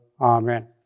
Amen